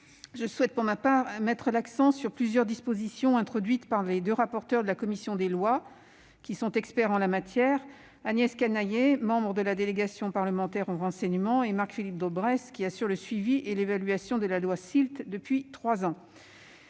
Je souhaite, pour ma part, mettre l'accent sur plusieurs dispositions introduites par les deux rapporteurs de la commission des lois, qui sont experts en la matière, Agnès Canayer, membre de la délégation parlementaire au renseignement, et Marc-Philippe Daubresse, qui assure depuis trois ans le suivi et l'évaluation de la loi du 30